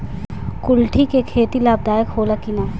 कुलथी के खेती लाभदायक होला कि न?